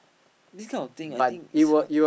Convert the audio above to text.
this kind of thing I think it's hard